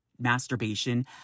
masturbation